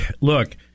look